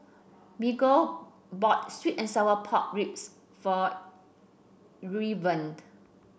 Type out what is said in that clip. Miguel bought sweet and Sour Pork Ribs for Irvine